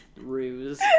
ruse